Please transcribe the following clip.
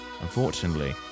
unfortunately